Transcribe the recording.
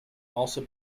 also